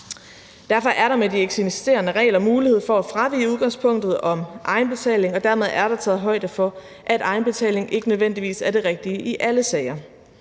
Derfor er der med de eksisterende regler mulighed for at fravige udgangspunktet om egenbetaling, og dermed er der taget højde for, at egenbetalingen ikke nødvendigvis er det rigtige i alle sager.